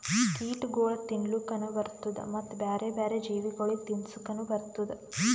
ಕೀಟಗೊಳ್ ತಿನ್ಲುಕನು ಬರ್ತ್ತುದ ಮತ್ತ ಬ್ಯಾರೆ ಬ್ಯಾರೆ ಜೀವಿಗೊಳಿಗ್ ತಿನ್ಸುಕನು ಬರ್ತ್ತುದ